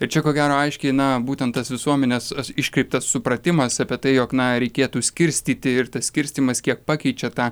ir čia ko gero aiškiai na būtent tas visuomenės as iškreiptas supratimas apie tai jog na reikėtų skirstyti ir tas skirstymas kiek pakeičia tą